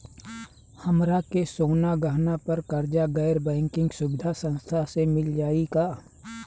हमरा के सोना गहना पर कर्जा गैर बैंकिंग सुविधा संस्था से मिल जाई का?